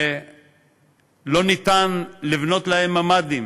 שלא ניתן לבנות להם ממ"דים